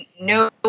no